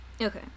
Okay